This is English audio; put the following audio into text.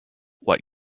what